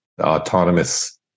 autonomous